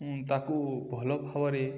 ତାକୁ ଭଲ ଭାବରେ